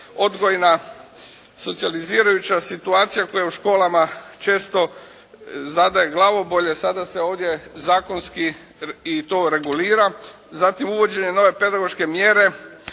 odgojna, socijalizirajuća situacija koja u školama često zadaje glavobolje sada se ovdje zakonski i to regulira. Zatim uvođenje nove pedagoške mjere.